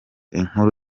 inkuru